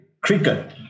cricket